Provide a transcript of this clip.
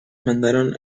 mandaron